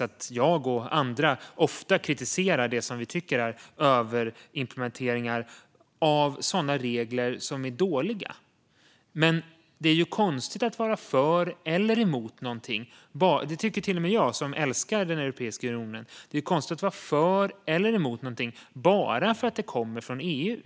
att jag och andra ofta kritiserar det som vi tycker är överimplementeringar av regler som är dåliga. Men det är ju konstigt att vara för eller emot någonting bara för att det kommer från EU. Det tycker till och med jag, som älskar Europeiska unionen.